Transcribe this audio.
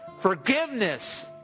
Forgiveness